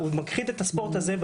הוא מכחיד את הספורט הזה.